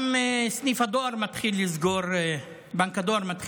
גם בנק הדואר מתחיל לסגור סניפים.